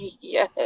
Yes